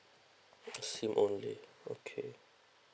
SIM only okay